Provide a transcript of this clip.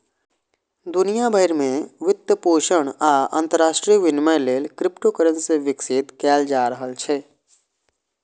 दुनिया भरि मे वित्तपोषण आ अंतरराष्ट्रीय विनिमय लेल क्रिप्टोकरेंसी विकसित कैल जा रहल छै